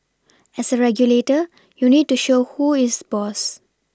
as a regulator you need to show who is boss